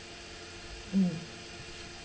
mm